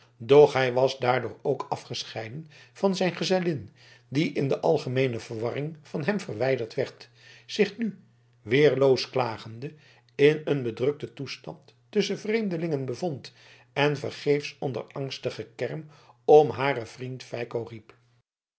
doch hij was daardoor ook afgescheiden van zijn gezellin die in de algemeene verwarring van hem verwijderd werd zich nu weerloos klagende in een bedrukten toestand tusschen vreemdelingen bevond en vergeefs onder angstig gekerm om haren vriend feiko riep